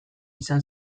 izan